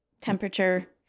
temperature